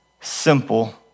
simple